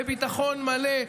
בביטחון מלא.